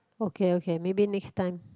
okay okay maybe next time